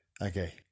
Okay